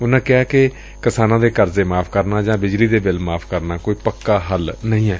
ਉਨਾਂ ਕਿਹਾ ਕਿ ਕਿਸਾਨਾਂ ਦੇ ਕਰਜ਼ੇ ਮਾਫ਼ ਕਰਨ ਜਾਂ ਬਿਜਲੀ ਦੇ ਬਿੱਲ ਮਾਫ਼ ਕਰਨਾ ਕੋਈ ਪੱਕਾ ਹੱਲ ਨਹੀਂ ਏ